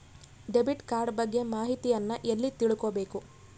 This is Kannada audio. ಡೆಬಿಟ್ ಕಾರ್ಡ್ ಬಗ್ಗೆ ಮಾಹಿತಿಯನ್ನ ಎಲ್ಲಿ ತಿಳ್ಕೊಬೇಕು?